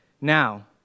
now